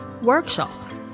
workshops